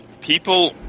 people